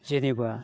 जेनेबा